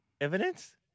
evidence